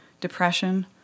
depression